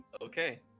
Okay